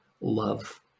love